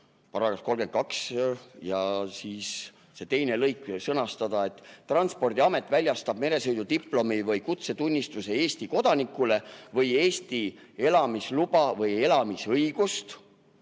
kord", § 32, ja see teine lõik "Transpordiamet väljastab meresõidudiplomi või kutsetunnistuse Eesti kodanikule või Eesti elamisluba või elamisõigust